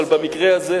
אבל במקרה הזה,